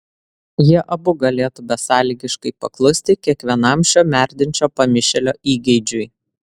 jie abu galėtų besąlygiškai paklusti kiekvienam šio merdinčio pamišėlio įgeidžiui